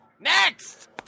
Next